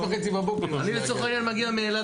אני לצורך העניין מגיע מאילת